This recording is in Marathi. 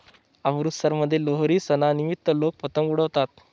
अमृतसरमध्ये लोहरी सणानिमित्त लोक पतंग उडवतात